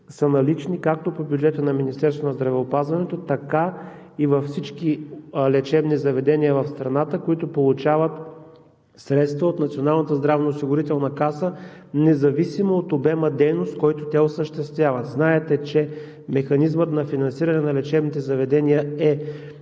са налични както по бюджета на Министерството на здравеопазването, така и във всички лечебни заведения в страната, които получават средства от Националната здравноосигурителна каса, независимо от обема дейност, който те осъществяват. Знаете, че механизмът на финансиране на лечебните заведения е